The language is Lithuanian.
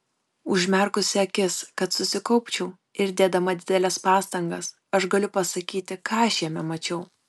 užmerkusi akis kad susikaupčiau ir dėdama dideles pastangas aš galiu pasakyti ką aš jame mačiau